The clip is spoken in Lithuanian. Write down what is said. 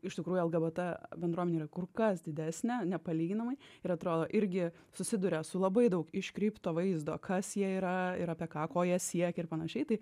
iš tikrųjų lgbt bendruomenė yra kur kas didesnė nepalyginamai ir atrodo irgi susiduria su labai daug iškreipto vaizdo kas jie yra ir apie ką ko jie siekia ir panašiai tai